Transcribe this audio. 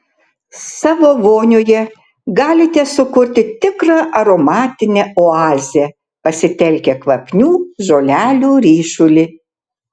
savo vonioje galite sukurti tikrą aromatinę oazę pasitelkę kvapnių žolelių ryšulį